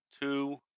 two